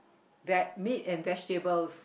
ve~ meat and vegetables